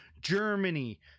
Germany